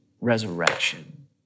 resurrection